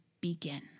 begin